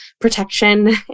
protection